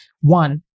One